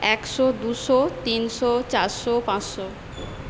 একশো দুশো তিনশো চারশো পাঁচশো